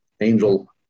angel